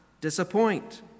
disappoint